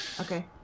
Okay